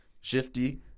Shifty